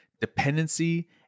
dependency